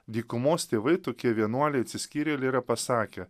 dykumos tėvai tokie vienuoliai atsiskyrėlį yra pasakę